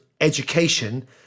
education